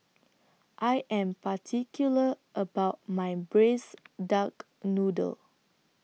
I Am particular about My Braised Duck Noodle